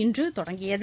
இன்று தொடங்கியது